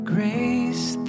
Grace